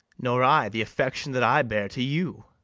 nor i the affection that i bear to you.